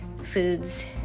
Foods